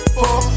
four